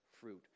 fruit